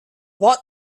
what